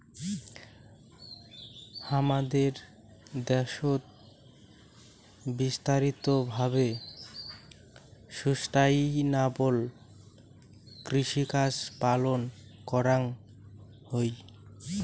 হামাদের দ্যাশোত বিস্তারিত ভাবে সুস্টাইনাবল কৃষিকাজ পালন করাঙ হই